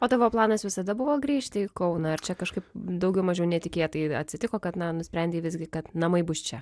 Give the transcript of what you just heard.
o tavo planas visada buvo grįžti į kauną ar čia kažkaip daugiau mažiau netikėtai atsitiko kad na nusprendei visgi kad namai bus čia